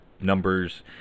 numbers